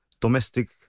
domestic